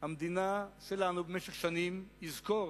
המדינה שלנו במשך שנים יזכור